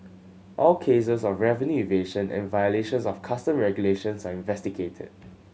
all cases of revenue evasion and violations of Custom regulations are investigated